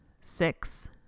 six